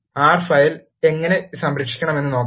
R file എങ്ങനെ സംരക്ഷിക്കാമെന്ന് നോക്കാം